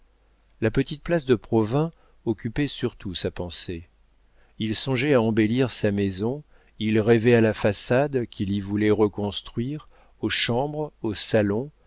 la petite place de provins occupait surtout sa pensée il songeait à embellir sa maison il rêvait à la façade qu'il y voulait reconstruire aux chambres au salon